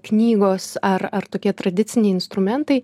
knygos ar ar tokie tradiciniai instrumentai